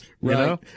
Right